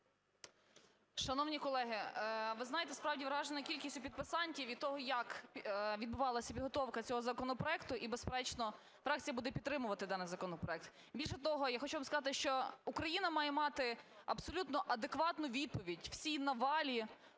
Шановні колеги, ви знаєте, справді, вражена кількістю підписантів і того, як відбувалася підготовка цього законопроекту, і, безперечно, фракція буде підтримувати даний законопроект. Більше того, я хочу вам сказати, що Україна має мати абсолютно адекватну відповідь всій навалі